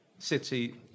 City